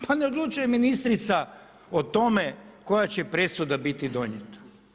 Pa ne odlučuje ministrica o tome koja će presuda biti donijeta.